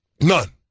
None